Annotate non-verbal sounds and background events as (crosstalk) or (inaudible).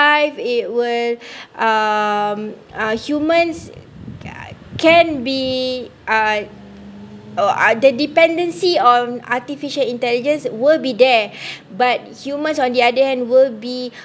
it will (breath) um humans can be uh the dependancy on artificial intelligence will be there (breath) but humans on the other hand will be